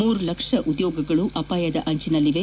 ಮೂರು ಲಕ್ಷ ಉದ್ಯೋಗಗಳು ಅಪಾಯದ ಅಂಚಿನಲ್ಲಿವೆ